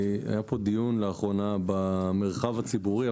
היה כאן לאחרונה דיון במרחב הציבורי,